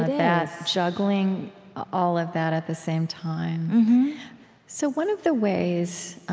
yeah juggling all of that at the same time so one of the ways